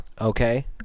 okay